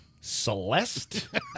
Celeste